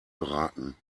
beraten